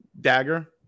dagger